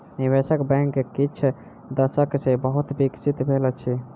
निवेश बैंक किछ दशक सॅ बहुत विकसित भेल अछि